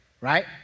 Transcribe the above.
right